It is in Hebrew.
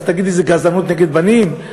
אז תגידי זה גזענות נגד בנים?